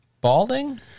Balding